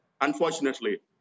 unfortunately